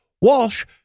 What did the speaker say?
walsh